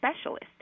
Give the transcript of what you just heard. specialist